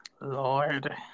Lord